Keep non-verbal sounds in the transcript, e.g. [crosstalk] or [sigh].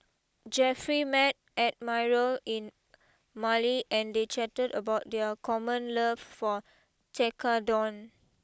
Jeffry met Admiral in [noise] Male and they chatted about their common love for Tekkadon